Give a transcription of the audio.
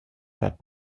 that